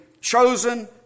chosen